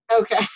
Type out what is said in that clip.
Okay